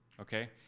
okay